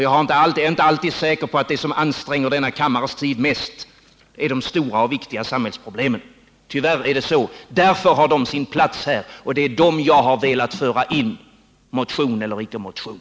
Jag är inte säker på att det som anstränger kammarens tid mest är de stora och viktiga samhällsproblemen. Men de problemen har sin plats här, och det är dem jag har velat föra in — motion eller icke motion.